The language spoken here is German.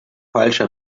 falsche